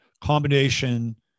combination